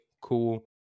cool